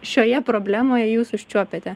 šioje problemoje jūs užčiuopiate